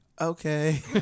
Okay